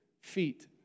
feet